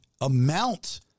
amount